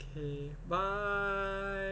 okay bye